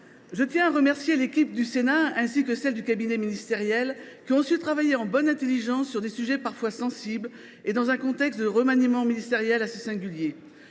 Je tiens à remercier l’équipe du Sénat ainsi que celle du cabinet ministériel, qui ont su travailler en bonne intelligence sur des sujets parfois sensibles et dans un contexte de remaniement ministériel assez singulier.